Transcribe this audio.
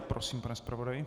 Prosím, pane zpravodaji.